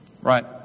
Right